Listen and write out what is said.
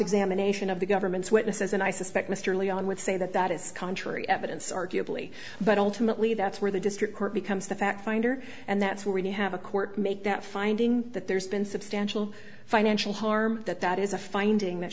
examination of the government's witnesses and i suspect mr leon would say that that is contrary evidence arguably but ultimately that's where the district court becomes the fact finder and that's where you have a court make that finding that there's been substantial financial harm that that is a finding that